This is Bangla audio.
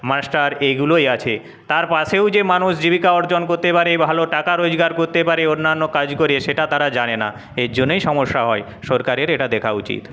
মাস্টার এইগুলোই আছে তার পাশেও যে মানুষ জীবিকা অর্জন করতে পারে ভালো টাকা রোজগার করতে পারে অন্যান্য কাজ করে সেটা তারা জানে না এর জন্যেই সমস্যা হয় সরকারের এটা দেখা উচিত